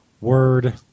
word